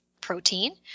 protein